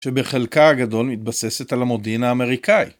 שבחלקה הגדול מתבססת על המודיעין האמריקאי.